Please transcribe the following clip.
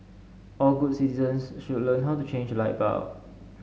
all good citizens should learn how to change light bulb